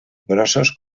grossos